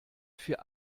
für